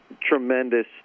tremendous